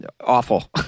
awful